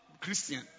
Christian